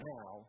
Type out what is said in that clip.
Now